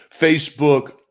Facebook